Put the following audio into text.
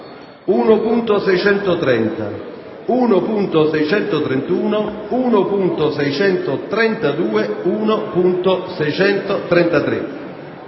1.630, 1.631, 1.632 e 1.633,